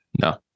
No